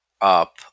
up